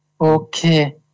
Okay